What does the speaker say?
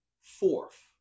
fourth